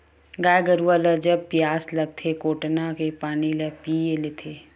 गाय गरुवा ल जब पियास लागथे कोटना के पानी ल पीय लेथे